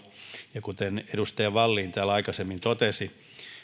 ja kuten edustaja wallin täällä aikaisemmin totesi